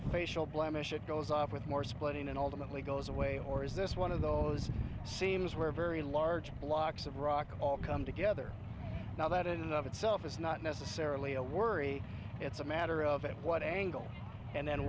facial blemish it goes off with more splitting and ultimately goes away or is this one of those seams where very large blocks of rock all come together now that it of itself is not necessarily a worry it's a matter of at what angle and